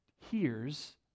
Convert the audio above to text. hears